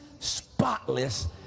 spotless